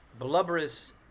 blubberous